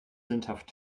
sündhaft